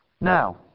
Now